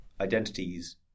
identities